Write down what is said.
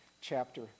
chapter